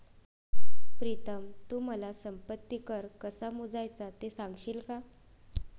प्रीतम तू मला संपत्ती कर कसा मोजायचा ते सांगशील का?